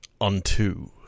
unto